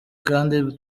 kandi